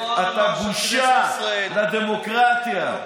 אתה בושה לדמוקרטיה.